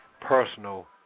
personal